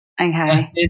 Okay